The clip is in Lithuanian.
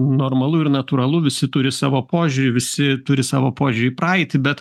normalu ir natūralu visi turi savo požiūrį visi turi savo požiūrį į praeitį bet